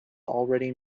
already